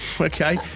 Okay